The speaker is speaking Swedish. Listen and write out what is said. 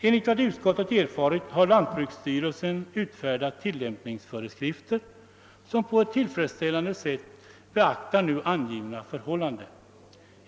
Enligt vad utskottet erfarit har lantbruksstyrelsen utfärdat tillämpningsföreskrifter som på ett tillfredsställande sätt beaktar nu angivna förhållanden.